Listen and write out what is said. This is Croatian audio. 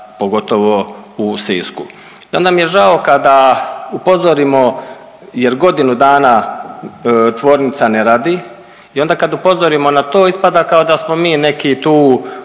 pogotovo u Sisku. I onda mi je žao kada upozorimo, jer godinu dana tvornica ne radi i onda kada upozorimo na to ispada kao da smo mi neki tu